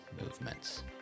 movements